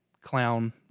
clown